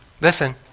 listen